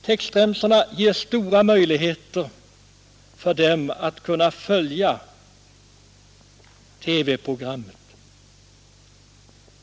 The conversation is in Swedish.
Textremsorna ger de hörselskadade stora möjligheter att följa TV-programmen.